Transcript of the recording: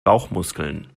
bauchmuskeln